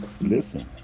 listen